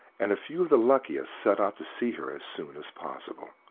and a few of the luckiest set off to see her as soon as possible,